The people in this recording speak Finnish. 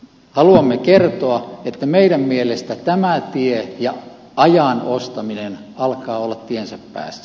haluamme kertoa että meidän mielestämme ajan ostaminen alkaa olla tiensä päässä